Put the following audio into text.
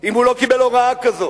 אם הוא לא קיבל הוראה כזאת.